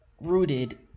rooted